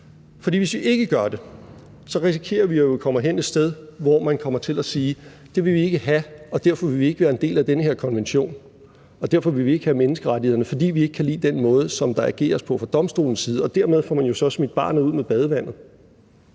hvis vi ikke gør det, så risikerer vi jo, at vi kommer hen et sted, hvor man kommer til at sige: Det vil vi ikke have, og derfor vil vi ikke være en del af den her konvention, og derfor vil vi ikke have menneskerettighederne, fordi vi ikke kan lide den måde, som der ageres på fra domstolens side. Og dermed får man jo så smidt barnet ud med badevandet.